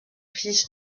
fils